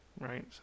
right